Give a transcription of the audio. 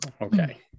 Okay